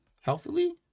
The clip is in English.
Healthily